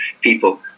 people